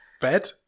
bed